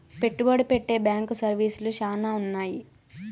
పెట్టుబడి పెట్టే బ్యాంకు సర్వీసులు శ్యానా ఉన్నాయి